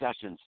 sessions